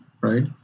right